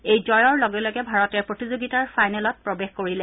এই জয়ৰ লগে লগে ভাৰতে প্ৰতিযোগিতাৰ ফাইনেলত প্ৰবেশ কৰিলে